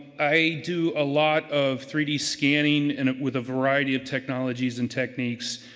i do a lot of three d scanning and with a variety of technologies and techniques,